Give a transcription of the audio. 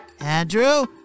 Andrew